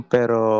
Pero